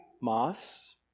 moths